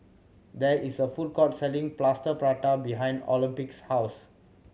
there is a food court selling Plaster Prata behind Olympia's house